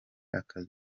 akazi